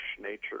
nature